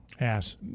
ass